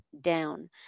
down